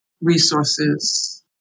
resources